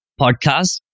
podcast